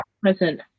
present